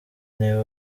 niba